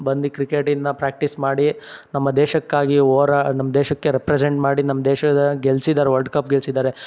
ಬಂದು ಕ್ರಿಕೆಟಿಂದ ಪ್ರ್ಯಾಕ್ಟೀಸ್ ಮಾಡಿ ನಮ್ಮ ದೇಶಕ್ಕಾಗಿ ಹೋರಾ ನಮ್ಮ ದೇಶಕ್ಕೆ ರೆಪ್ರೆಸೆನ್ ಮಾಡಿ ನಮ್ಮ ದೇಶದ ಗೆಲ್ಸಿದ್ದಾರ್ ವರ್ಲ್ಡ್ ಕಪ್ ಗೆಲ್ಸಿದಾರೆ